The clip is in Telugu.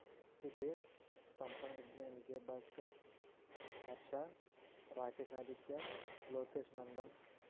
సుధీర్ పంపన విజ్ఞ విజయ్భాస్కర్ హర్ష రాకేష్ ఆదిత్య లోకేష్నందన్